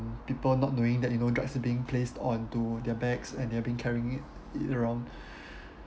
people not knowing that you know drugs being placed onto their bags and they are been carrying it it around